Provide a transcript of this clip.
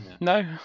no